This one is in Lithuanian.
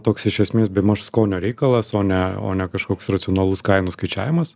toks iš esmės bemaž skonio reikalas o ne o ne kažkoks racionalus kainų skaičiavimas